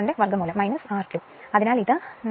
05 ആണ് അത് 0